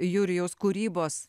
jurijaus kūrybos